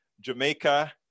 Jamaica